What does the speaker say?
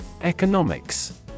Economics